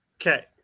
Okay